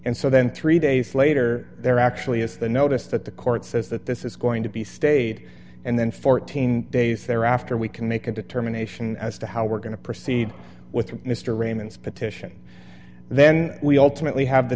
and so then three days later there actually is the noticed that the court says that this is going to be stayed and then fourteen days thereafter we can make a determination as to how we're going to proceed with mr raymond's petition then we ultimately have the